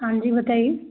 हाँ जी बताइए